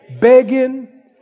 begging